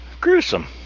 Gruesome